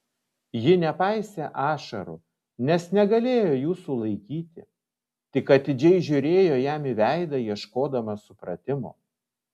ji nepaisė ašarų nes negalėjo jų sulaikyti tik atidžiai žiūrėjo jam į veidą ieškodama supratimo